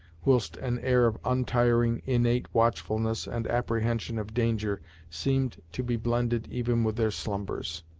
whilst an air of untiring, innate watchfulness and apprehension of danger seemed to be blended even with their slumbers.